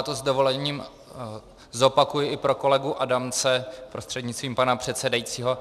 Já to s dovolením zopakuji i pro kolegu Adamce prostřednictvím pana předsedajícího.